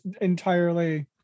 entirely